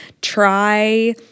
Try